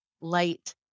light